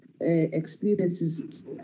experiences